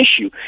issue